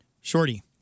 Shorty